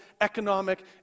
economic